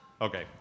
Okay